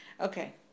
okay